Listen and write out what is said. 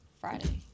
Friday